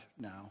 now